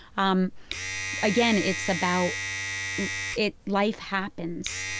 um again, it's about it life happens.